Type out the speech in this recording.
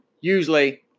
usually